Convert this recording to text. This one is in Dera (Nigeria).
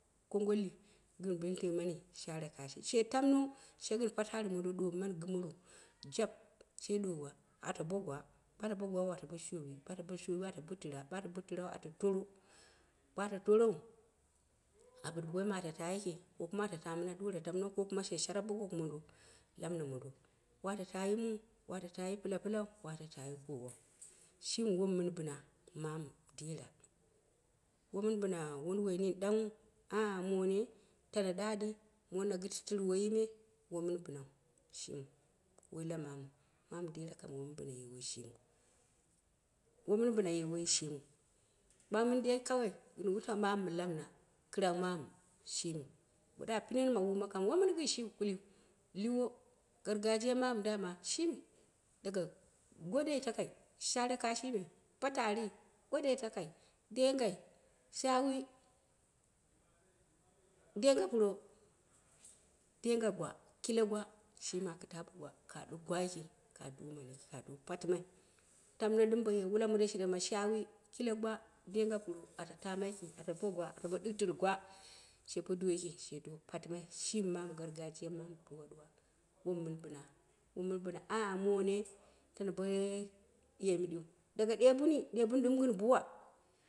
Konggolli gɨn beenten mani share kashi shi tamno shi gɨu patari mondo ddonghani gɨmano jaho, she duwa ane bo gwa, bo wata bo gwau, ata bo shoowi bo wata bo shoowiu ɗɨm ata bo tɨra, bo wata bo tɨrau ata tor, bo wata torou a bɨn boim ata bi yiki. Ko kum- ata ta minduworo tamno, ko kuma she shaarap bo goko mondo, la mɨna mondo wata taa yi muu wata taa yi pila pilau, wata taa yi kowuu. Shimi wom min bina mu dera. Wo min bina wunduwi nin danghu, ah moone, tana ɗaaɗi mono gtitiru woyine won min binau shimi oi la mamuu mamu dera kam wo min bin a shimiu, wo mɨn bina ye woyi shimiu, ɓau muni da kawai gɨn wutau wo min binye woyi shimiu, ɓau mun i dai kawai gɨn wutau mamu lamna kɨtau mamu shimi, ɓo da pinen ma wolma kam lɨwo gagrajiya mama dama shimi, daga godoi takai, share kashiime, patari, godoi takai denggai shaawi, gengɨk puro, denga gwa kile gwa shimi aka ta bo gwa ka ɗɨg gwa yiki laki ka do patimai. Tamno ɗɨm bo ye wule mondo, shirema shaawi kile gwa deng puro ata taa yiki ata bo gwa ata bo ɗɨutɨru gwa yiki she do pati mai shimi gargajiya mama mɨ ɗuwa-ɗuwa. Wom min bina, mɨn bina ah moone tano bo ye ɗiu, mɨ ɗɨu daga deebuni, deebuni mɨ duwa mɨn ye buwa